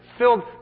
filled